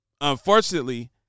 unfortunately